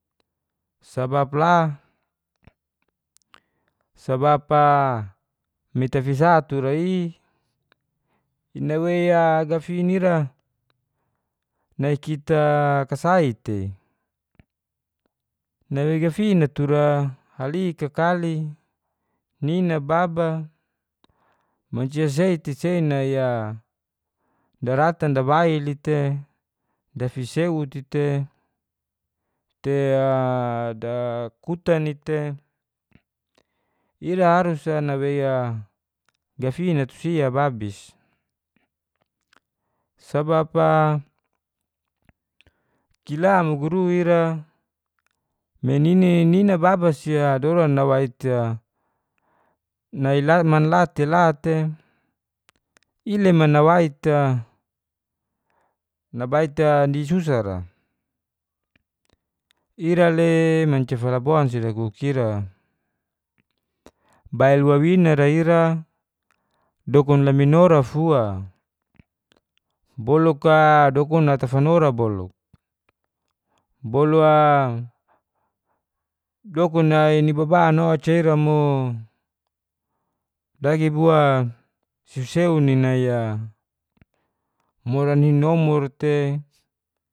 Sabab la sabab a me tafisa tura i na wei a gafin ira nai kita kasai tei na wei gafin na tura halik kakali nina baba mancia sei te sei nai a daratan dabail i te dafiseut i te te a da kutan i te ira harus a nawei a gafin nai tu si ababis. sabab a kila muguru ira me nine nina baba si doran dawait a nai la manla te la te i leman nawait ta nabait disusa ra ira le mancia falabon si dakuk ira bail wawina ra ira dokun laminora fua boluk a dokun ata fanora boluk bolu a dokun a nai nini baban oca ira mo dagi bua seuseon i nai a moran ni nomur te